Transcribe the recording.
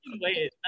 wait